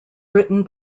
written